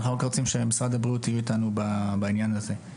אנחנו רק רוצים שמשרד הבריאות יהיה אתנו בעניין הזה: